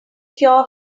cure